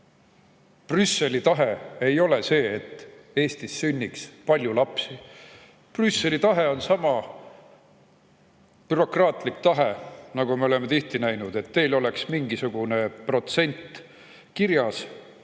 Brüsseli tahe ei ole see, et Eestis sünniks palju lapsi. Brüsseli tahe on seesama bürokraatlik tahe, nagu me oleme tihti näinud, et teil oleks mingisugune protsent kirjas,